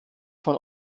von